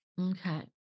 Okay